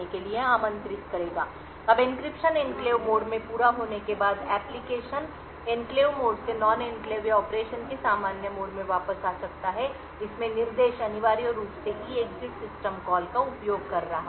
संदर्भ समय का संदर्भ लें 1433 अब एन्क्रिप्शन एन्क्लेव मोड में पूरा होने के बाद एप्लिकेशन एनक्लेव मोड से नॉन एंक्लेव या ऑपरेशन के सामान्य मोड में वापस आ सकता है इस में निर्देश अनिवार्य रूप से EEXIT सिस्टम कॉल का उपयोग कर रहा है